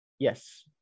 Yes